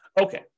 Okay